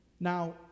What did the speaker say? Now